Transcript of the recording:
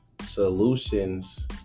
solutions